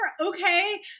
Okay